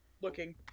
looking